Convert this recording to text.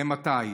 אימתי?